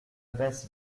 basse